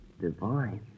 divine